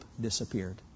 disappeared